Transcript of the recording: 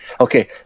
okay